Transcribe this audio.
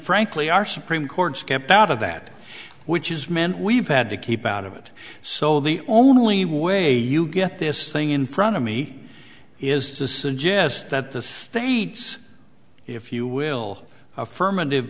frankly our supreme court's kept out of that which is meant we've had to keep out of it so the only way you get this thing in front of me is to suggest that the state's if you will affirmative